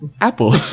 Apple